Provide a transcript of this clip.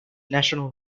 national